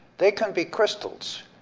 they can be crystals,